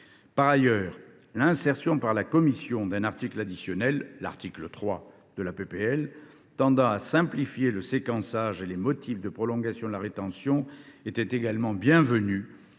Par ailleurs, l’insertion par la commission d’un article additionnel – l’article 3 – tendant à simplifier le séquençage et les motifs de prolongation de la rétention était également bienvenue,